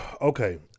Okay